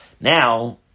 Now